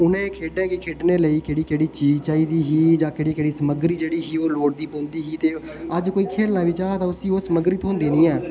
उनें खेढ़े गी खेढ़ने लेई केह्ड़ी केह्ड़ी चीज चाहीदी ही जां केह्ड़ी केह्ड़ी सामग्री जेह्ड़ी ही लोड़दी पौंदी ही ते अज कोई खेलना चाह् उस्सी ओह् समग्री थोह्ंदी निं ऐ